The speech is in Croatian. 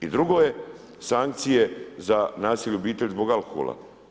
I drugo je, sankcije za nasilje u obitelji zbog alkohola.